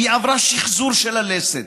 והיא עברה שחזור של הלסת.